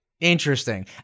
Interesting